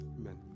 Amen